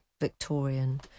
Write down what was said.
Victorian